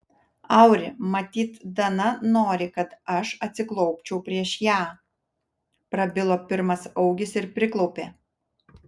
auri matyt dana nori kad aš atsiklaupčiau prieš ją prabilo pirmas augis ir priklaupė